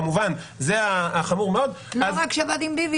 זה כמובן היה חמור מאוד --- לא רק שהוא עבד עם ביבי,